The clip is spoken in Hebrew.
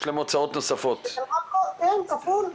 יש להם הוצאות נוספות כן, כפול.